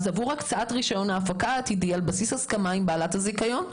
עבור הקצאת רישיון להפקה עתידית על בסיס הסכמה עם בעלת הזיכיון".